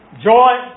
joy